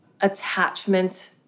attachment